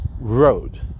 road